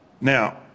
Now